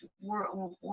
world